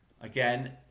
again